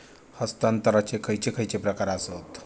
हस्तांतराचे खयचे खयचे प्रकार आसत?